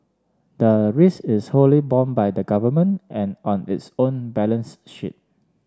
the risk is wholly borne by the Government an on its own balance sheet